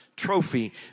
trophy